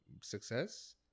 success